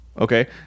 Okay